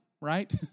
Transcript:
right